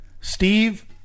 Steve